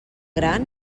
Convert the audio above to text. gran